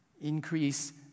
increase